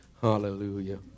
hallelujah